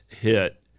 hit